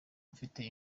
mfite